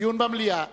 דיון במליאה.